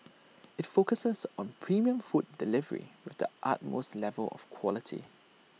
IT focuses on premium food delivery with the utmost level of quality